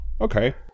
okay